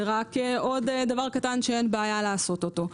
זה רק עוד דבר קטן שאין בעיה לעשות אותו.